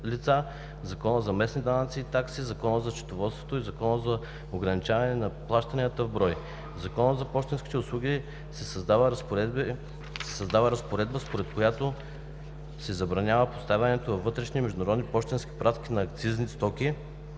Закона за пощенските услуги се създава разпоредба, според която се забранява поставянето във вътрешни и международни пощенски пратки на акцизни стоки